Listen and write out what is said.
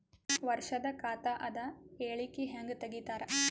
ವರ್ಷದ ಖಾತ ಅದ ಹೇಳಿಕಿ ಹೆಂಗ ತೆಗಿತಾರ?